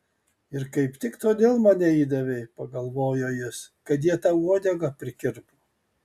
ir kaip tik todėl mane įdavei pagalvojo jis kad jie tau uodegą prikirpo